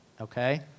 Okay